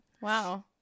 wow